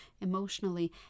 emotionally